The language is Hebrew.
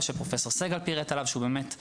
שפרופ' סגל פירט עליו שהוא באמת מצוין.